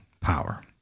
power